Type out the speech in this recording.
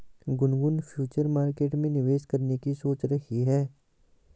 Gungun future market में निवेश करने की सोच रही है